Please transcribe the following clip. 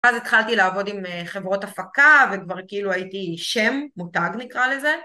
ואז התחלתי לעבוד עם חברות הפקה וכבר כאילו הייתי שם, מותג נקרא לזה.